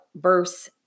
verse